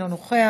אינו נוכח,